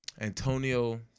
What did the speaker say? Antonio